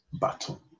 battle